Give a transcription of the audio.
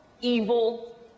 evil